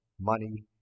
money